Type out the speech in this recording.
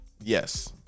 yes